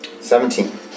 Seventeen